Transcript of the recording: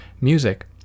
music